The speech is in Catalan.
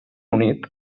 unit